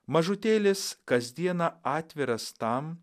mažutėlis kasdieną atviras tam